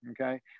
Okay